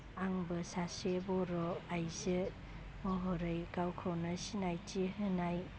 आंबो सासे बर' आइजो महरै गावखौनो सिनायथि होनाय